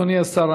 אדוני השר,